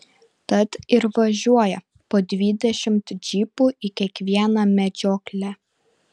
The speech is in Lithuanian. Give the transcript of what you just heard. tad ir važiuoja po dvidešimt džipų į kiekvieną medžioklę